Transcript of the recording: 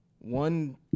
one